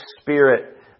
spirit